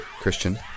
Christian